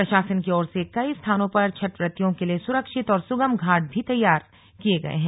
प्रशासन की ओर से कई स्थानों पर छठव्रतियों के लिए सुरक्षित और सुगम घाट भी तैयार किए गए हैं